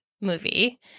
movie